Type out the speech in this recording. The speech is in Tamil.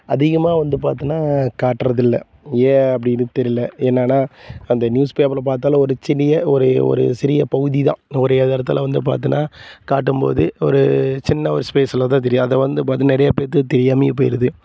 அதிகமாக வந்து பார்த்துனா காட்டுறது இல்லை ஏன் அப்படின்னு தெரியல என்னென்னா அந்த நியூஸ் பேப்பரில் பார்த்தாலும் ஒரு சிறிய ஒரு ஒரு சிறிய பகுதி தான் ஓரிரு இடத்தில் வந்து பார்த்தினா காட்டும்போது ஒரு சின்ன ஒரு ஸ்பேஸில் தான் தெரியும் அதை வந்து பார்த்தினா நிறையா பேற்றுக்கு தெரியாமயே போயிடுது